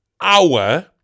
hour